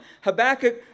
Habakkuk